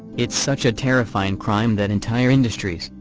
it's such a terrifying crime that entire industries,